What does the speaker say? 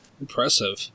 Impressive